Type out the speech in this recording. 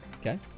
Okay